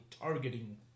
targeting